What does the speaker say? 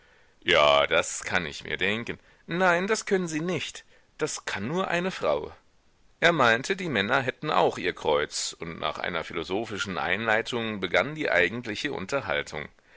ja das kann ich mir denken nein das können sie nicht das kann nur eine frau er meinte die männer hätten auch ihr kreuz und nach einer philosophischen einleitung begann die eigentliche unterhaltung